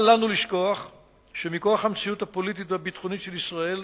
אל לנו לשכוח שמכוח המציאות הפוליטית והביטחונית של ישראל,